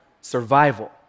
survival